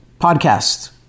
podcast